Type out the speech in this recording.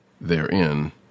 therein